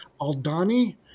Aldani